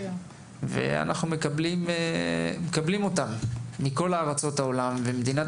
אנחנו מקבלים אותם מכל ארצות העולם ומדינת